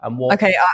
Okay